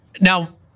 Now